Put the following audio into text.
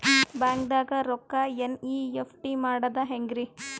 ಬ್ಯಾಂಕ್ದಾಗ ರೊಕ್ಕ ಎನ್.ಇ.ಎಫ್.ಟಿ ಮಾಡದ ಹೆಂಗ್ರಿ?